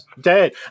dead